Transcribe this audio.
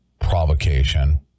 provocation